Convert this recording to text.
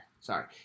Sorry